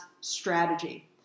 strategy